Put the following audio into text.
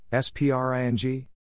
spring